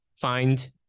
find